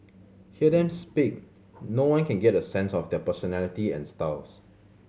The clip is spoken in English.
hear them speak no one can get a sense of their personality and styles